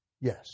Yes